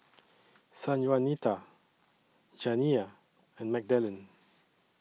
Sanjuanita Janiyah and Magdalen